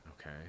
okay